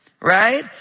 Right